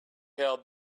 held